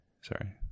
Sorry